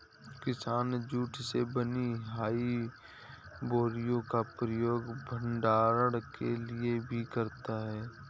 किसान जूट से बनी हुई बोरियों का प्रयोग भंडारण के लिए भी करता है